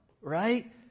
right